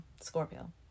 Scorpio